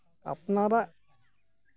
ᱟᱯᱱᱟᱨᱟᱜ